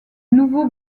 nouveau